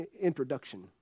introduction